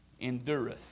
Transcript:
endureth